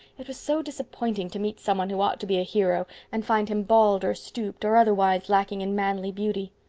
it was so disappointing to meet someone who ought to be a hero and find him bald or stooped, or otherwise lacking in manly beauty.